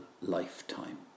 lifetime